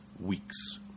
weeks